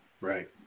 Right